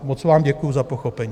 Moc vám děkuju za pochopení.